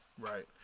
Right